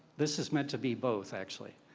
this is meant to be both actually,